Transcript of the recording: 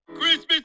Christmas